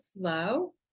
flow